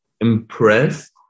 impressed